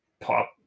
pop